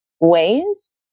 ways